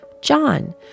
John